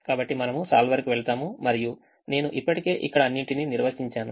కాబట్టి మనము solver కి వెళ్తాము మరియు నేను ఇప్పటికే ఇక్కడ అన్నింటినీ నిర్వచించాను